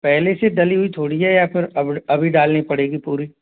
पहले से डली हुई थोड़ी है या फिर अब अभी डालनी पड़ेगी पूरी